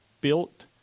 built